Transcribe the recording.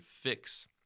fix